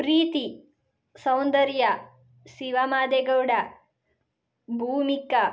Preethi Soundarya Shiva Madegowda Bhumika